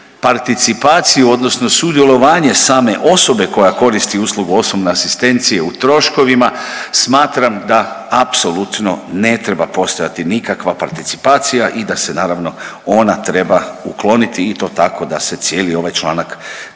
participaciju, odnosno sudjelovanje same osobe koja koristi uslugu osobne asistencije u troškovima smatram da apsolutno ne treba postojati nikakva participacija i da se naravno ona treba ukloniti i to tako da se cijeli ovaj članak 37.